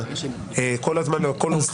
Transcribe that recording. כוונה כל הזמן לכל אורך הדיונים פה.